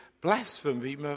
blasphemy